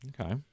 Okay